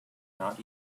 not